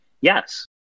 yes